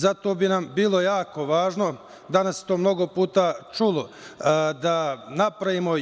Zato bi nam bilo jako važno, danas se to mnogo puta čulo, da napravimo